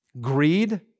Greed